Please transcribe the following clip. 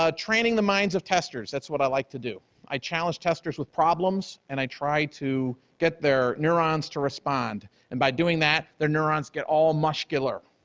ah training the minds of testers. that's what i like to do. i challenge testers with problems and i try to get their neurons to respond and by doing that, their neurons get all muscular.